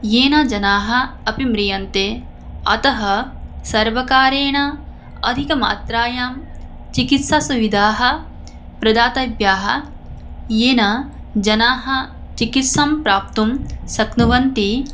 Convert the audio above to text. येन जनाः अपि म्रियन्ते अतः सर्वकारेण अधिकमात्रायां चिकित्सासुविधाः प्रदातव्याः येन जनाः चिकित्सां प्राप्तुं शक्नुवन्ति